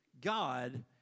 God